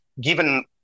given